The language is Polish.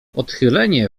odchylenie